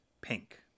pink